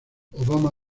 obama